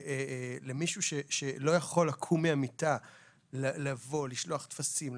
למישהו שלא יכול לקום מהמיטה לשלוח טפסים,